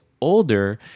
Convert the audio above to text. older